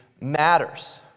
matters